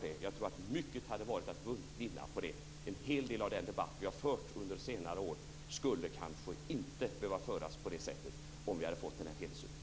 Jag upprepar att mycket hade varit att vinna på detta. En hel del av den debatt om har förts under senare år hade kanske inte behövt föras på det sättet, om det hade gjorts en helhetsbedömning.